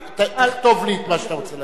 כתוב לי את מה שאתה רוצה להגיד.